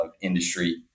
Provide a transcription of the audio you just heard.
industry